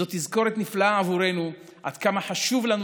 זו תזכורת נפלאה עבורנו עד כמה חשוב לנו